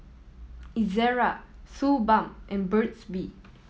Ezerra Suu Balm and Burt's Bee